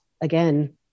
again